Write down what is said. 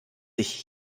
ich